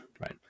right